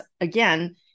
again